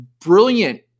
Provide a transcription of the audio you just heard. brilliant